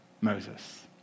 Moses